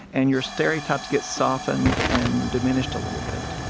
and your stereotypes get softened and diminished a little bit